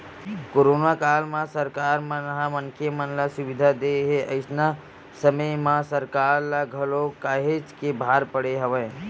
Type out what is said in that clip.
corona काल म सरकार ह मनखे ल सब सुबिधा देय हे अइसन समे म सरकार ल घलो काहेच के भार पड़े हवय